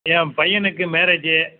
என் பையனுக்கு மேரேஜு